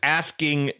asking